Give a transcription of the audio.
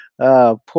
poor